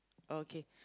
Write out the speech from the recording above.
okay